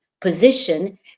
position